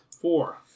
Four